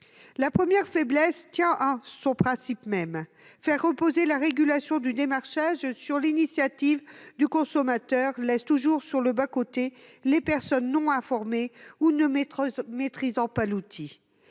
Sa première faiblesse tient à son principe même : faire reposer la régulation du démarchage sur l'initiative du consommateur conduit toujours à laisser sur le bas-côté les personnes non informées ou ne maîtrisant pas l'outil.